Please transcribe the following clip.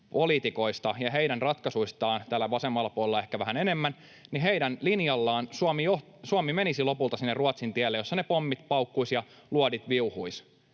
poliitikoista ja heidän ratkaisuistaan on sellaisia — täällä vasemmalla puolella ehkä vähän enemmän — että heidän linjallaan Suomi menisi lopulta sinne Ruotsin tielle, jossa ne pommit paukkuisivat ja luodit viuhuisivat.